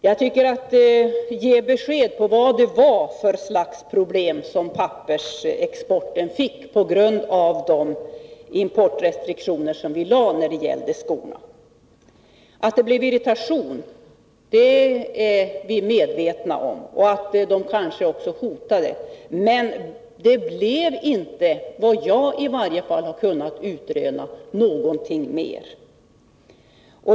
Jag tycker att Hadar Cars skall ge besked om vad det var för slags problem som pappersexporten fick på grund av de importrestriktioner vi genomförde när det gällde skorna. Att det blev irritation är vi medvetna om och att det kanske framfördes hot. Men det blev inte, i varje fall inte vad jag har kunnat utröna, någonting mer.